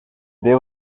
they